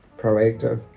proactive